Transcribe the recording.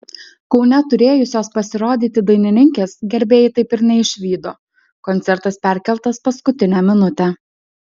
kaune turėjusios pasirodyti dainininkės gerbėjai taip ir neišvydo koncertas perkeltas paskutinę minutę